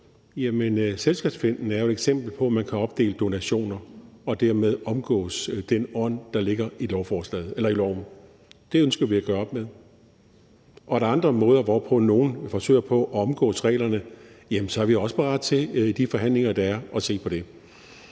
Selskabsfinten er jo et eksempel på, at man kan opdele donationer og dermed omgå den ånd, der ligger i loven. Det ønsker vi at gøre op med. Er der andre måder, hvorpå nogen forsøger at omgå reglerne, er vi også parat til i de forhandlinger, der er, at se på det.